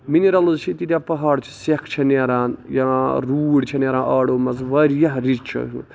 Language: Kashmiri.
مِنرلٕز چھِ تیٖتیاہ پَہاڑ چھِ سیکھ چھےٚ نیران یا روٗڈۍ چھےٚ نیران آڈو منٛز واریاہ رِچ چھُ